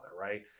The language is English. right